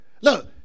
Look